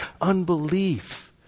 unbelief